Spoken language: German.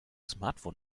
smartphone